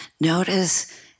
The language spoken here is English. notice